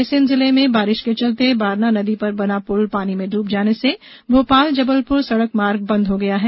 रायसेन जिले में बारिश के चलते बारना नदी पर बना पुल पानी में ड़ब जाने से भोपाल जबलपुर सडक मार्ग बंद हो गया है